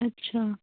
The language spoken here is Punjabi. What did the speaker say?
ਅੱਛਾ